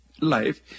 Life